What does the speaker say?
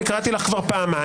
אני קראתי לך כבר פעמיים,